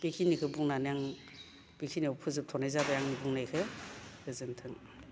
बेखिनिखौ बुंनानै आं बेखिनियाव फोजोबथ'नाय जाबाय आंनि बुंनायखौ गोजोनथों